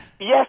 Yes